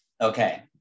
Okay